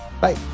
Bye